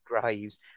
graves